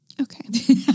Okay